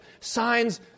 signs